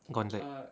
gauntlet